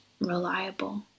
reliable